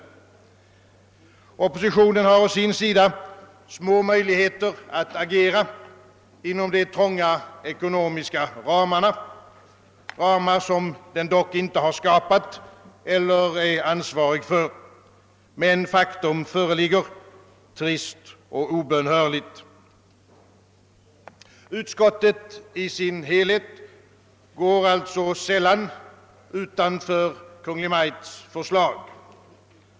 Oppositionen har å sin sida små möjligheter att agera inom de trånga ekonominska ramarna, ramar som den dock inte har skapat eller är ansvarig för. Men faktum föreligger, trist och obönhörligt. Utskottet i sin helhet går alltså sällan utanför Kungl. Maj:ts förslag.